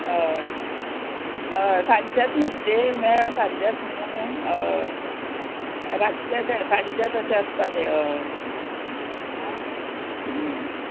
हय हय सांजचेच न्हू ते मेळ सांचेच न्हू हय रातचे ते सांजचे तशें आसता ते हय आ